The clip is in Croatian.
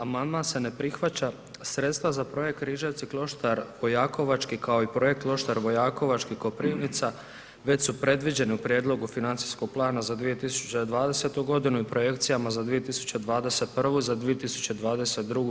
Amandman se ne prihvaća, sredstva za projekt Križevci – Kloštar Vojakovački, kao i projekt Kloštar Vojakovački – Koprivnica već su predviđeni u prijedlogu financijskog plana za 2020. i projekcijama za 2021. i za 2022.